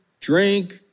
drink